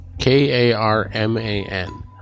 K-A-R-M-A-N